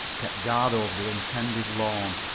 kept guard over the untended lawn,